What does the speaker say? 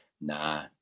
nah